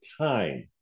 time